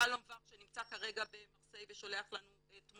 שלום ואך שנמצא כרגע במרסיי ושולח לנו תמונות,